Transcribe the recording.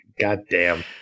Goddamn